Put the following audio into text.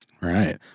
Right